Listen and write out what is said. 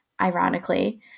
ironically